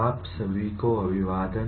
आप सभी को अभिवादन